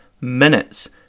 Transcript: minutes